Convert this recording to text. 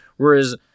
Whereas